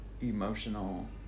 emotional